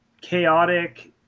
chaotic